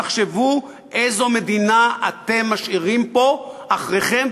תחשבו איזו מדינה אתם משאירים פה אחריכם,